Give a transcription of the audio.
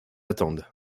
attendent